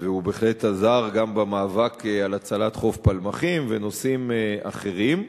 הוא בהחלט עזר גם במאבק על הצלת חוף פלמחים ובנושאים אחרים.